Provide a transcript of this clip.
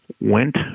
went